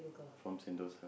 from Sentosa